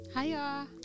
hiya